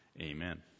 amen